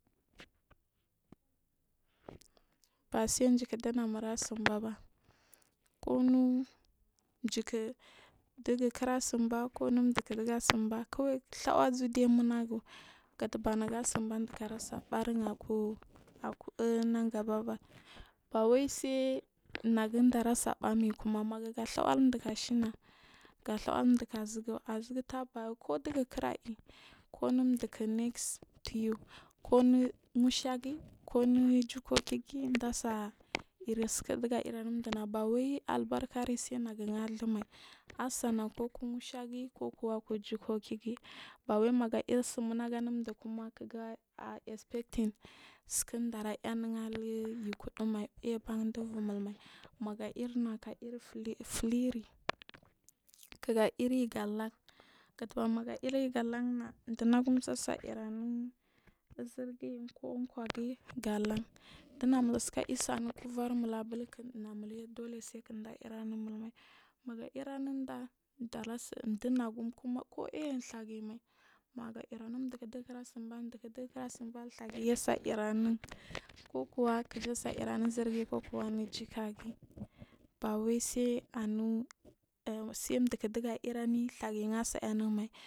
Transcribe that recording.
Basai ɗuburhurɗamura simbaba kunu kijik ɗu kira sinba kwai ɗhawa uzuɗe munagu gatabar naga sinba ɗuku asebarin akunan gabba bawai sainagu daresa bamain kuma manage ga ɗhawanjik shiy. Ga ɗhawanjik shiya azugutah ba ko ɗugu kirai ɗunu ɗuku nices to you kunu musha kunu jikokigu ɗasai irsuku ɗuga mul bawai al arkar senagu azhumai kuku mu shagin kukuwa ku jikokohiyi magair sumunagu a nun ɗuu kuma kiga espeting sukudara muunu aiban ikuɗumai aiba ɗubur mum ai mmega ir naga ir filiki kiga iringa lan katamarga iringa lamma ɗunagu m ase iranai izirgin ko kugin ga lan ɗunamulsai salu kuvarm ul nanualye dole saikiinɗa irannumul maim aga ira nuuda ɗunagum kuma ko iy ɗhajinmai maha sai irin a nuun kukuwa kijasai irri anu zirge kokuwa anu jikagiyi bawai sai anu saaɗukuɗiga irrani ɗhaguyi ase irra numai.